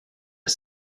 est